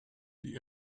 die